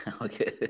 Okay